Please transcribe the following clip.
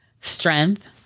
strength